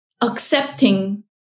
accepting